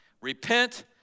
Repent